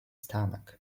stomach